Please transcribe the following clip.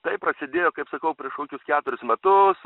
tai prasidėjo kaip sakau prieš kokius keturis metus